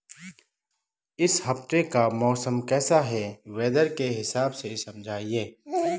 इस हफ्ते का मौसम कैसा है वेदर के हिसाब से समझाइए?